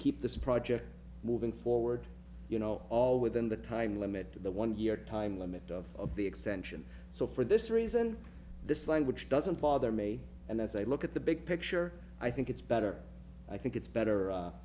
keep this project moving forward you know all within the time limit to the one year time limit of the extension so for this reason this language doesn't bother me and that's a look at the big picture i think it's better i think it's better